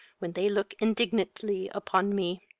when they look indignantly upon me!